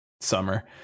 summer